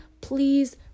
please